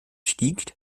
stieg